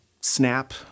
snap